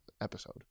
episode